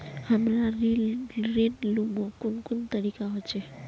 हमरा ऋण लुमू कुन कुन तरीका होचे?